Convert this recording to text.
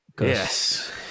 Yes